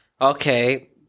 Okay